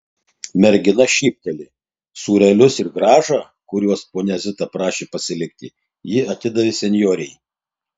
mergina šypteli sūrelius ir grąžą kuriuos ponia zita prašė pasilikti ji atidavė senjorei